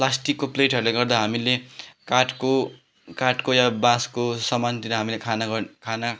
प्लास्टिकको प्लेटहरूले गर्दा हामीले काठको काठको या बाँसको सामानतिर हामीले खाना गर खाना